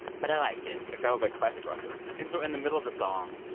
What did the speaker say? but i like it it sounds like classic rock though and so in the middle of the song,